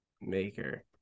maker